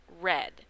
red